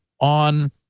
on